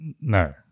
No